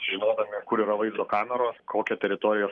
žinodami kur yra vaizdo kameros kokią teritorijos